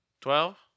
twelve